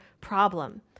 problem